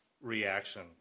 reaction